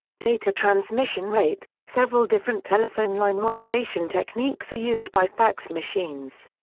data transmission rate several different telephone line modulation techniques are used by fax machines.